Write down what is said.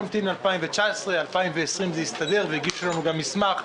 נמתין לשנת 2019 וזה יסתדר ב-2020 והגישו לנו גם מסמך.